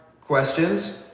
questions